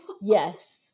Yes